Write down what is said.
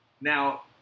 Now